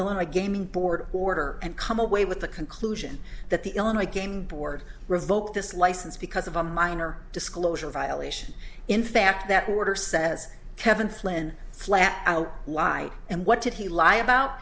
illinois gaming board order and come away with the conclusion that the illinois game board revoked his license because of a minor disclosure violation in fact that order says kevin flynn flat out lie and what did he lie about